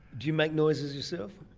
do you make noises yourself?